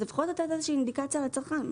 לפחות לתת איזושהי אינדיקציה לצרכן,